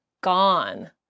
gone